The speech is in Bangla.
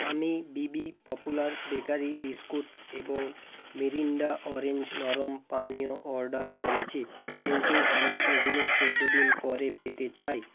আমি বিবি পপুলার বেকারি বিস্কুট এবং মিরিন্ডা অরেঞ্জ নরম পানীয় অর্ডার করেছি কিন্তু আমি এগুলো চোদ্দ দিন পরে পেতে চাই